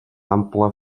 ample